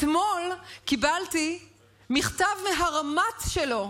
אתמול קיבלתי מכתב מהרמ"ט שלו,